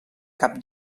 cap